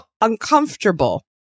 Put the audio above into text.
uncomfortable